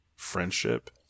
friendship